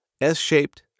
S-shaped